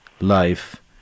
life